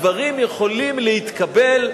הדברים יכולים להתקבל,